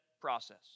process